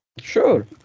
sure